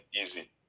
easy